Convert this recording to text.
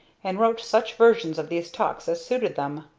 and wrote such versions of these talks as suited them.